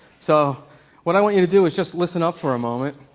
so what i want you do is just listen up for ah moment.